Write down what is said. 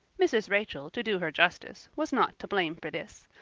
mrs. rachel, to do her justice, was not to blame for this.